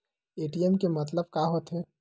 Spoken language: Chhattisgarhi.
ए.टी.एम के मतलब का होथे?